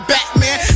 Batman